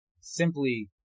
Simply